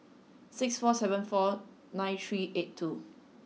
six four seven four nine three eight two